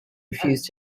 refused